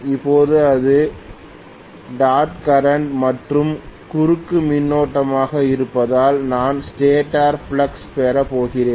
இப்போது அது dot current மற்றும் குறுக்கு மின்னோட்டமாக இருப்பதால் நான் ஸ்டேட்டர் ஃப்ளக்ஸ் பெறப்போகிறேன்